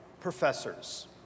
professors